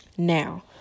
Now